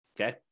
Okay